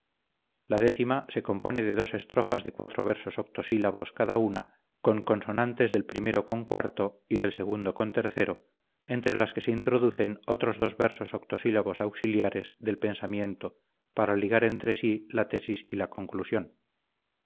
la décima se compone de dos estrofas de cuatro versos octosílabos cada una conconsonantes del primero con cuarto y del segundo con tercero entre las que se introducen otros dos versos octosílabos auxiliares del pensamiento para ligar entre sí la tesis y la conclusión